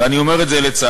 ואני אומר את זה לצערי.